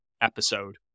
episode